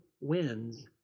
wins